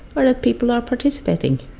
but of people are participating.